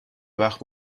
وقت